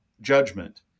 judgment